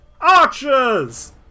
ARCHERS